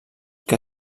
que